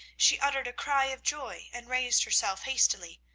she uttered a cry of joy and raised herself hastily,